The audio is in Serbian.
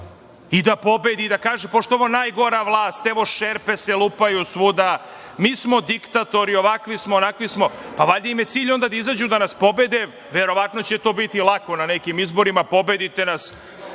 da pobedi? Pošto je ovo najgora vlast, evo, šerpe se lupaju svuda, mi smo diktatori, ovakvi smo, onakvi smo, valjda im je cilj onda da izađu na izbore, da nas pobede? Verovatno će to biti lako na nekim izborima. Pobedite nas